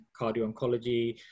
cardio-oncology